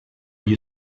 gli